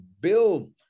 build